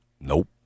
Nope